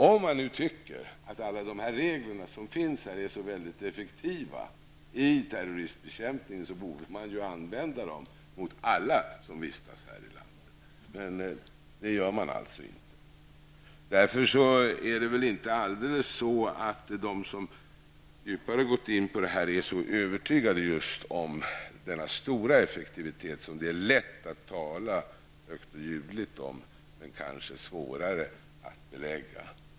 Om man nu anser att de regler som finns är så effektiva för terroristbekämpning, borde man tillämpa dem på alla som vistas här i landet, men det gör man alltså inte. Därför är de som har trängt djupare frågan väl inte så övertygade om denna höga effektivitet, som det är lätt att tala högt och ljudligt om men kanske svårare att belägga.